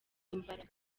imbaraga